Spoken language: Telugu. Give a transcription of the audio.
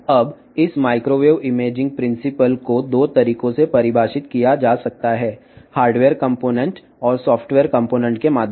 ఇప్పుడు ఈ మైక్రోవేవ్ ఇమేజింగ్ సూత్రాన్ని 2 మార్గాల్లో నిర్వచించవచ్చు హార్డ్వేర్ భాగాలు మరియు సాఫ్ట్వేర్ భాగం ద్వారా